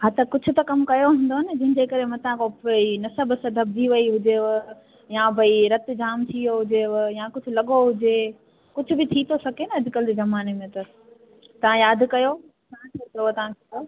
हा त कुझु त कमु कयो हूंदव न जंहिंजे करे मथां कोई नस बस दॿजी वई हुजेव या भई रतु जाम थी वयो हुजेव या कुझु लॻो हुजे कुझु बि थी थो सघे न अॼुकल्ह जे ज़माने में त तां यादि कयो छा थियो अथव तव्हांखे